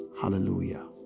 Hallelujah